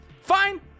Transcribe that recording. fine